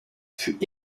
fut